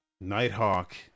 Nighthawk